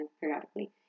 periodically